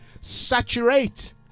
saturate